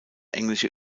englische